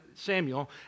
Samuel